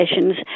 sessions